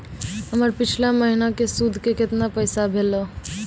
हमर पिछला महीने के सुध के केतना पैसा भेलौ?